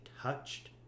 touched